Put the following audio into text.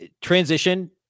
transition